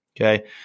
okay